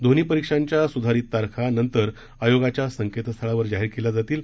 दोन्ही परीक्षांच्या सुधारित तारखा नंतर आयोगाच्या संकेतस्थळावर जाहीर केल्या जातील